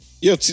Yo